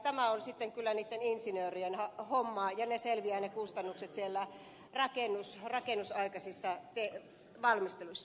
tämä on sitten kyllä niitten insinöörien hommaa ja ne kustannukset selviävät siellä rakennusaikaisissa valmisteluissa